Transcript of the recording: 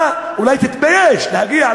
אתה אולי תתבייש להגיע,